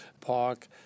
Park